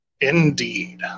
indeed